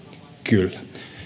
syy